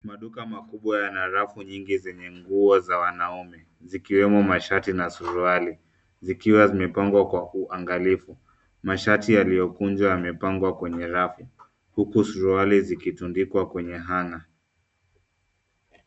Maduka makubwa yana rafu nyingi zenye nguo za wanaume zikiwemo mashati na masuruali, zikiwa zimepangwa kwa uangalifu. Mashati yaliyokunjwa yamepangwa kwenye rafu huku suruali zikitundikwa kwenye hanger .